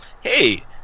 hey